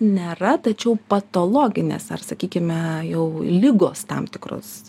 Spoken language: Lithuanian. nėra tačiau patologinės ar sakykime jau ligos tam tikros